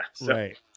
right